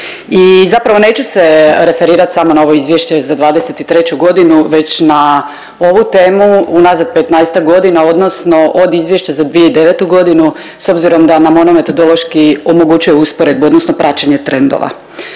i zapravo neću se referirati samo na ovo izvješće za '23. godinu već na ovu temu unazad 15-ak godina odnosno od izvješća za 2009. godinu s obzirom da nam ono metodološki omogućuje usporedbu odnosno praćenje trendova.